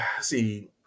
see